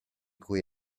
cui